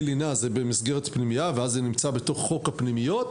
לינה במסגרת פנימייה ואז זה נמצא בתוך חוק הפנימיות.